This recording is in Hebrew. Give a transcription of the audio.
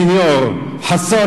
סניור חסון,